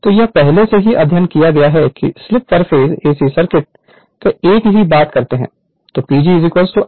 तो यह पहले से ही अध्ययन किया है कि सिंगल फेस ac सर्किट एक ही बात कर सकते हैं